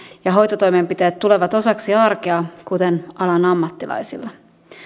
ja hoitotoimenpiteet tulevat osaksi arkea kuten alan ammattilaisilla